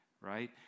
right